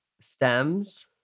stems